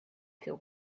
feel